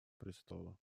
престола